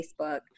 Facebook